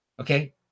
okay